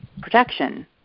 protection